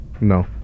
No